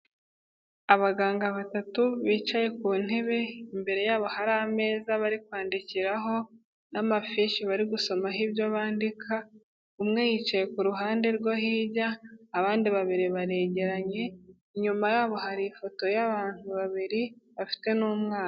Abaganga batatu bicaye ku ntebe, imbere yabo hari ameza bari kwandikiraho n'amafishi bari gusomaho ibyo bandika, umwe yicaye ku ruhande rwo hirya, abandi babiri baregeranye, inyuma yabo hari ifoto y'abantu babiri bafite n'umwana.